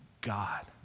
God